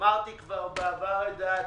אמרתי כבר בעבר את דעתי.